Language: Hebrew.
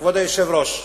כבוד היושב-ראש והשרים,